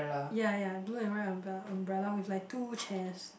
ya ya blue and white umbrella umbrella with like two chairs